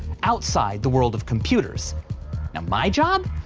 outside the world of computers. now my job.